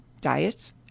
diet